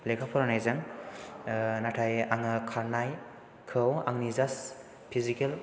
लेखा फरायनायजों नाथाय आङो खारनायखौ आंनि जास्ट फिजिकेल